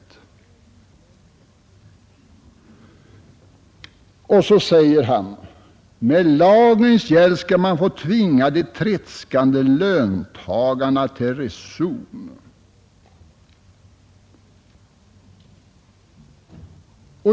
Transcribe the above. Herr Lorentzon anser att vi med lagens hjälp ämnar tvinga de tredskande löntagarna till reson.